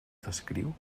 descriu